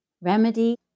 Remedy